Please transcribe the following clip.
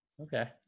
okay